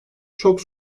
çok